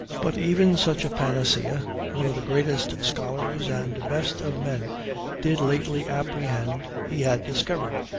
but even such a panacea one of the greatest scholars and best of men did lately apprehend he had discovered.